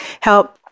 help